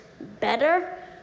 better